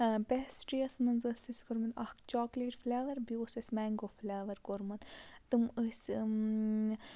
pastry یَس منٛز ٲس اَسہِ کوٚرمُت اکھ چاکلیٹ فٕلیور بیٚیہِ اوس اَسہِ مینٛگو فٕلیور کوٚرمُت تم ٲسۍ